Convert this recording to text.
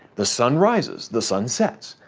the sun rises, the sun sets.